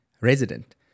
resident